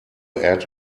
add